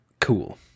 Cool